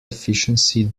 efficiency